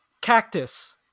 cactus